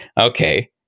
Okay